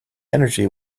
energy